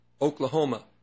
Oklahoma